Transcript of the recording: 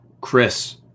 Chris